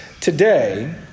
today